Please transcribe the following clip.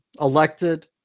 elected